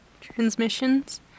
transmissions